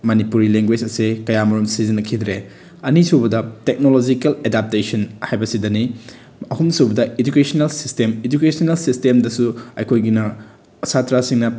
Manipuri language ꯑꯁꯦ ꯀꯌꯥꯃꯔꯨꯝ ꯁꯤꯖꯤꯟꯅꯈꯤꯗ꯭ꯔꯦ ꯑꯅꯤꯁꯨꯕꯗ ꯇꯦꯛꯅꯣꯂꯣꯖꯤꯀꯦꯜ ꯑꯦꯗꯥꯞꯇꯦꯁꯟ ꯍꯥꯏꯕꯁꯤꯗꯅꯤ ꯑꯍꯨꯝ ꯁꯨꯕꯗ ꯏꯗꯨꯀꯦꯁꯟꯅꯦꯜ ꯁꯤꯁꯇꯦꯝ ꯏꯗꯨꯀꯦꯁꯟꯅꯦꯜ ꯁꯤꯁꯇꯦꯝꯗꯁꯨ ꯑꯩꯈꯣꯏꯒꯤꯅ ꯁꯥꯇ꯭ꯔꯁꯤꯡꯅ